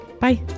Bye